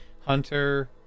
hunter